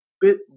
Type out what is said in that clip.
bit